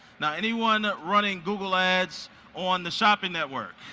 now anyone running google ads on the shopping network?